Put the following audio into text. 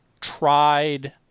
tried